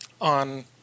on